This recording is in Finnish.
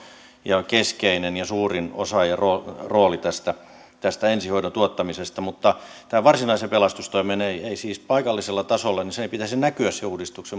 keskeinen ja suurin osa ja rooli tässä ensihoidon tuottamisessa mutta tähän varsinaiseen pelastustoimeen ei ei siis paikallisella tasolla sen uudistuksen pitäisi näkyä